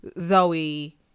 Zoe